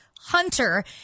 Hunter